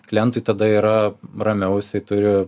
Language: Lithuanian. klientui tada yra ramiau jisai turi